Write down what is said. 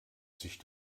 sich